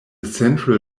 central